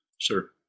sir